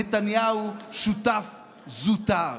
נתניהו שותף זוטר.